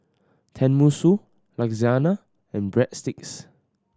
Tenmusu Lasagna and Breadsticks